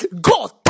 God